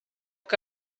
que